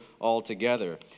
altogether